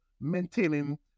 maintaining